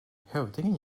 hövdingen